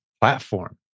platform